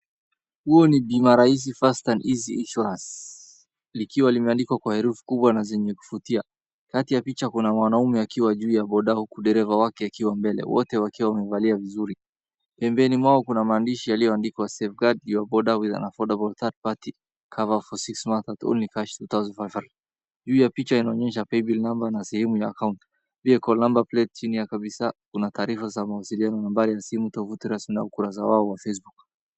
Huu ni Bima Rahisi fast and easy insurance likiwa limeandikwa kwa herufi kubwa na zenye kuvutia. Kati ya picha kuna mwanaume akiwa juu ya boda hukudereva wake akiwa mbele huku wote wakiwa wamevalia vizuri. Pembeni mwao kuna maandishi yaliyoandikwa safeguard your boda with an affordable third party cover for six months at only cash two thousand five hundred . Juu ya picha inaonyesha paybill number na sehemu ya account , pia kwa number plate chini ya kabisa, kuna taarifa za mawasiliano nambari ya simu, www na ukurasa wao wa facebook.